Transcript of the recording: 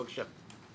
בבקשה.